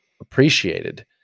appreciated